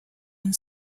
and